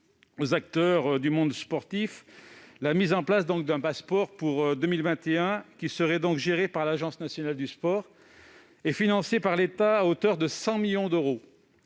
aux acteurs du monde sportif la mise en place d'un dispositif Pass'Sport en 2021, géré par l'Agence nationale du sport et financé par l'État à hauteur de 100 millions d'euros.